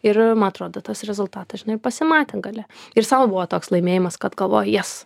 ir man atrodo tas rezultatas pasimatė gale ir sau buvo toks laimėjimas kad galvoju jes